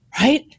right